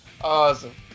Awesome